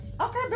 Okay